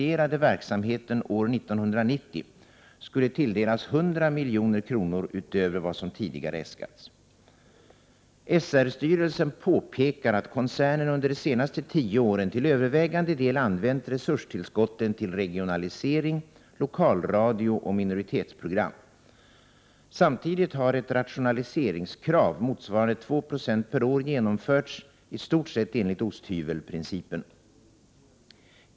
SR-styrelsen påpekar att koncernen under de senaste tio åren till övervägande del använt resurstillskotten till regionalisering, lokalradio och minoritetsprogram. Samtidigt har ett rationaliseringskrav motsvarande 2 9o per år genomförts, i stort sett enligt osthyvelprincipen.